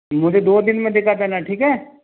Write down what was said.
मुझे दो दिन में दिखा देना ठीक है